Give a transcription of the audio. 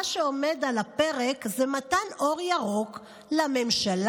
מה שעומד על הפרק זה מתן אור ירוק לממשלה,